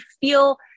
feel